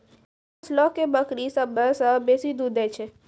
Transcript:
कोन नस्लो के बकरी सभ्भे से बेसी दूध दै छै?